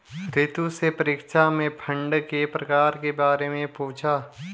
रितु से परीक्षा में फंड के प्रकार के बारे में पूछा